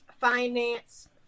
finance